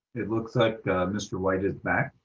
it looks like mr. whites back.